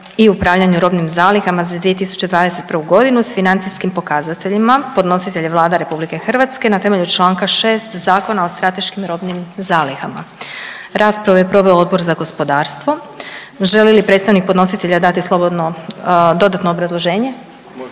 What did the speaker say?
i upravljanju robnim zalihama za 2021. godinu, s financijskim pokazateljima Podnositelj je Vlada Republike Hrvatske na temelju članka 6. Zakona o strateškim robnim zalihama. Raspravu je proveo Odbor za gospodarstvo. Želi li predstavnik podnositelja dati dodatno obrazloženje?